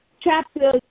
chapter